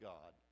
God